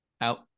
out